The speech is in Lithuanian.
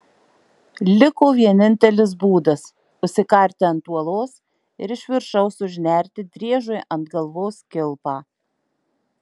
liko vienintelis būdas užsikarti ant uolos ir iš viršaus užnerti driežui ant galvos kilpą